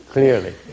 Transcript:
Clearly